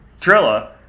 Trilla